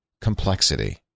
complexity